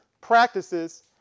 practices